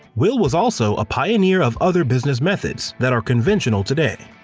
will was also a pioneer of other business methods that are conventional today.